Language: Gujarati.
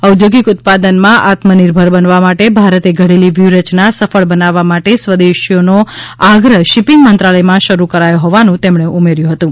ઔધોગિક ઉત્પાદનમાં આત્મનિર્ભર બનવા માટે ભારતે ઘડેલી વ્યૂહરચના સફળ બનાવવા માટે સ્વદેશીનો આગ્રહ શિપિંગ મંત્રાલયમાં શરૂ કરાયો હોવાનું તેમણે ઉમેર્યું હતું